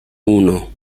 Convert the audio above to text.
uno